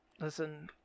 Listen